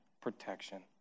protection